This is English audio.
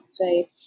right